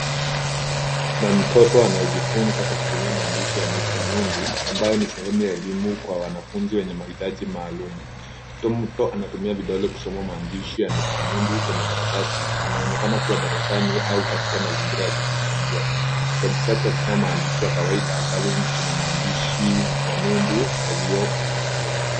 Kuna mtoto anayejifunza kwa kutumia maandishi ya nukta nundu ambayo ni sehemu ya elimu kwa wanafuzi walio na mahitaji maalum. Mtoto anatumia vidole kusoma maandishi ya nukta nundu kwenye karatasi anaonekana kuwa darasani au katika mazingira ya kujifunzia. Kitabu chake hakina maandishi ya kawaida mbali kina maandishi ya nundu yaliyoinuliwa.